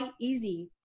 easy